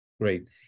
Great